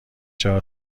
چرا